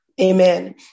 Amen